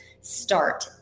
START